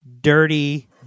dirty